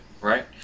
right